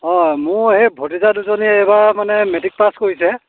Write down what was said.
অঁ মোৰ এই ভতিজা দুজনীয়ে এইবাৰ মানে মেট্ৰিক পাছ কৰিছে